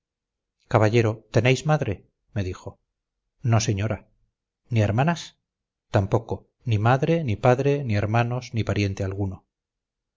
caballero tenéis madre me dijo no señora ni hermanas tampoco ni madre ni padre ni hermanos ni pariente alguno